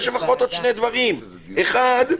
יש עוד שני דברים: האחד,